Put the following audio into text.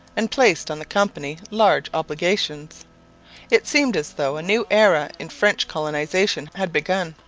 and placed on the company large obligations it seemed as though a new era in french colonization had begun.